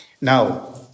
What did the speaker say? Now